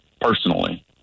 personally